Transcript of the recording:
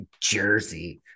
Jersey